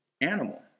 animal